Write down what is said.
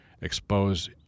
expose